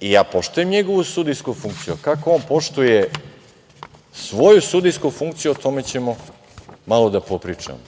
i ja poštujem njegovu sudijsku funkciju, a kako on poštuje svoju sudijsku funkciju, o tome ćemo malo da popričamo.